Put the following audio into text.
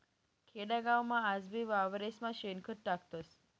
खेडागावमा आजबी वावरेस्मा शेणखत टाकतस